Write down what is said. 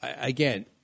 again –